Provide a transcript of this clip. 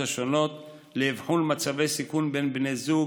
השונות לאבחון מצבי סיכון בין בני זוג,